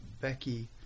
Becky